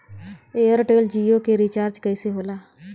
Airtel Jio के recharge कैसे होला?